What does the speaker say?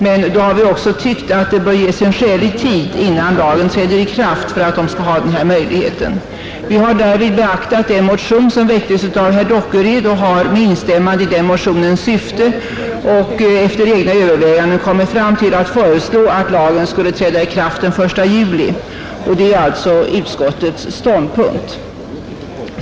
Men då har vi också tyckt att det bör förflyta en skälig tid innan lagen träder i kraft, för att de skall ha den här möjligheten. Vi har därvid beaktat en motion som väckts av herr Dockered. Med instämmande i den motionens syfte och efter egna överväganden föreslår vi att lagen skall träda i kraft den 1 juli. Det är alltså utskottets ståndpunkt.